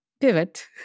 pivot